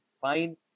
fine